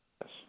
Yes